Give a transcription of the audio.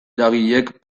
eragilek